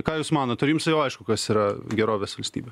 ką jūs manot ar jums jau aišku kas yra gerovės valstybė